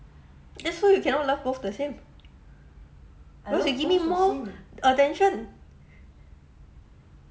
that's why you cannot love both the same you give me more attention